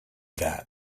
that